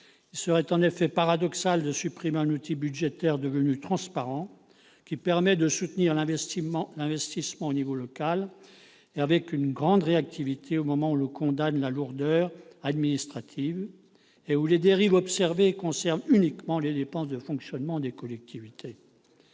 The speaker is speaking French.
Il serait en effet paradoxal de supprimer un outil budgétaire devenu transparent, qui permet de soutenir l'investissement au niveau local avec une grande réactivité au moment où l'on condamne la lourdeur administrative et où les dérives observées concernent uniquement les dépenses de fonctionnement des collectivités.